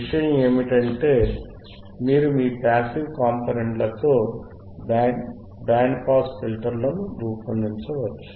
విషయం ఏమిటంటే మీరు మీ పాసివ్ కంపోనేంట్ లతో బ్యాండ్ పాస్ ఫిల్టర్ను రూపొందించవచ్చు